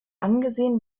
angesehen